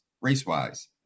race-wise